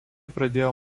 pradėjo